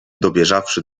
dobieżawszy